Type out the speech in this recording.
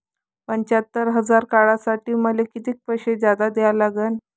पंच्यात्तर हजार काढासाठी मले कितीक पैसे जादा द्या लागन?